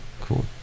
cool